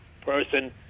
person